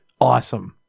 awesome